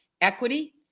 equity